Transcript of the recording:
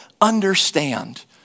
understand